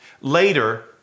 Later